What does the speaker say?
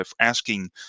asking